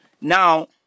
now